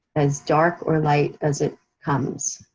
as dark or light as it comes.